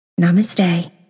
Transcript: Namaste